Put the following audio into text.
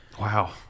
Wow